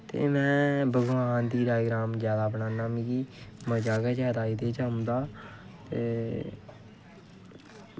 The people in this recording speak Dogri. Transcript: ते में भगवान दी डायग्राम जैदा बनाना मिगी मज़ा गै मिगी जैदा एह्दे च औंदा ते